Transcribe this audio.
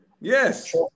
yes